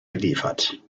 geliefert